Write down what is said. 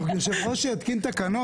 יושב ראש שיתקין תקנות?